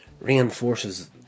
reinforces